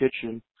Kitchen